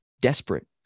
desperate